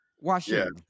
Washington